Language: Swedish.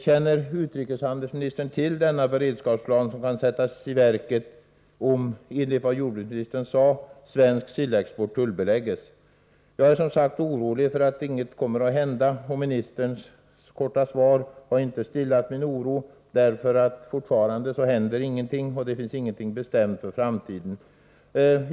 Känner utrikeshandelsministern till denna beredskapsplan, som enligt vad jordbruksministern sade kan sättas i verket om svensk sillexport tullbeläggs? Jag är som sagt orolig för att inget kommer att hända, och ministerns korta svar har inte stillat min oro. Fortfarande händer ingenting, och det finns ingenting bestämt för framtiden.